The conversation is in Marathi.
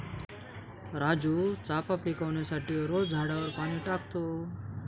राजू चाफा पिकवण्यासाठी रोज झाडावर पाणी टाकतो